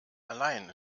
allein